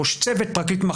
ראש צוות פרקליט,